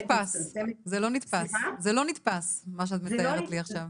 זה לא נתפס מה שאת אומרת פה עכשיו.